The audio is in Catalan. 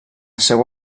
seu